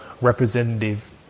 representative